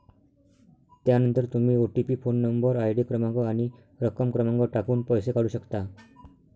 त्यानंतर तुम्ही OTP phone number, ID क्रमांक आणि रक्कम क्रमांक टाकून पैसे काढू शकता